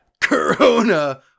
Corona